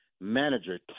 manager